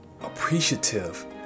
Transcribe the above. appreciative